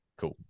Cool